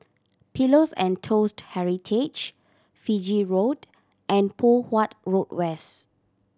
Pillows and Toast Heritage Fiji Road and Poh Huat Road West